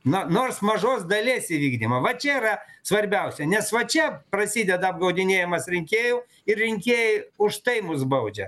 na nors mažos dalies įvykdymo va čia yra svarbiausia nes va čia prasideda apgaudinėjamas rinkėjų ir rinkėjai už tai mus baudžia